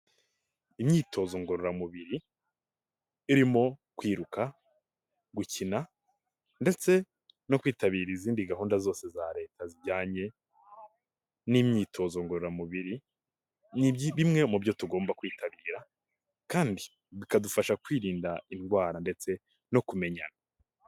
Imyitozo ngororamubiri, irimo kwiruka, gukina ndetse no kwitabira izindi gahunda zose za leta zijyanye n'imyitozo ngororamubiri ni bimwe mu byo tugomba kwitabira kandi bikadufasha kwirinda indwara ndetse no kumenyana.